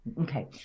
Okay